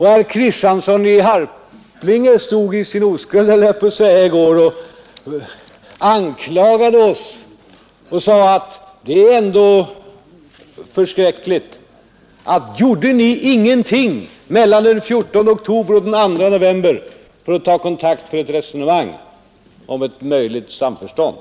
Herr Kristiansson i Harplinge stod — jag höll på att säga i sin oskuld — i går och anklagade oss genom att säga att vårt agerande ändå var för förskräckligt: gjorde ni ingenting mellan den 14 oktober och den 2 november för att ta kontakt för ett resonemang om ett möjligt samförstånd?